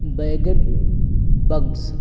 baguette bags